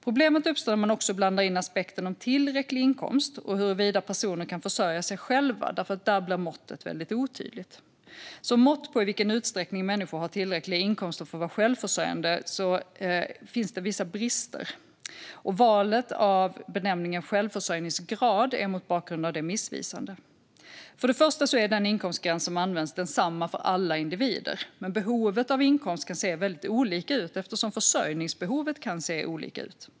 Problemet uppstår när man också blandar in aspekten om tillräcklig inkomst och huruvida personer kan försörja sig själva, för där blir måttet väldigt otydligt. Som mått på i vilken utsträckning människor har tillräckliga inkomster för att vara självförsörjande har detta vissa brister. Valet av benämningen självförsörjningsgrad är mot bakgrund av det missvisande. För det första är den inkomstgräns som används densamma för alla individer. Men behovet av inkomst kan se väldigt olika ut eftersom försörjningsbehovet kan se olika ut.